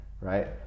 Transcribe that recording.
right